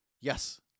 Yes